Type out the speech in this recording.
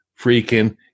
freaking